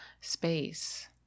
space